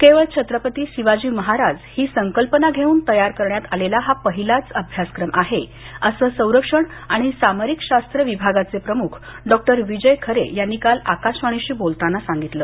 केवळ छत्रपती शिवाजी महाराज ही संकल्पना घेऊन तयार करण्यात आलेला हा पहिलाच अभ्यासक्रम आहे असं संरक्षण आणि सामरिक शास्त्र विभागाचे प्रमुख डॉ विजय खरे यांनी काल आकाशवाणीशी बोलताना सांगितलं